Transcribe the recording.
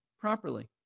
properly